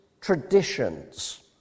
traditions